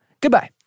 Goodbye